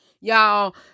y'all